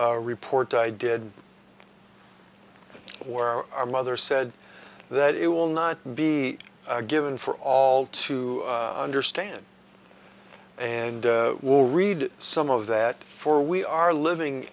report i did where our mother said that it will not be given for all to understand and will read some of that for we are living